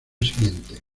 siguiente